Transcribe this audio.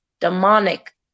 demonic